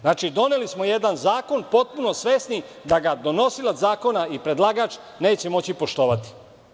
Znači, doneli smo jedan zakon potpuno svesni da ga donosilac zakona i predlagač neće moći poštovati.